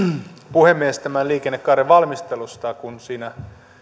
puhemies tämän liikennekaaren valmistelusta kun siinä